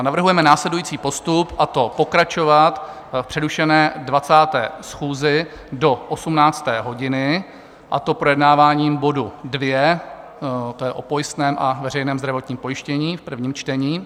Navrhujeme následující postup, a to pokračovat v přerušené 20. schůzi do 18. hodiny, a to projednáváním bodu 2, to je o pojistném na veřejné zdravotní pojištění, v prvním čtení.